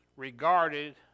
regarded